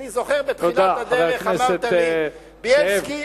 אני זוכר שבתחילת הדרך אמרת לי: בילסקי,